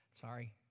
sorry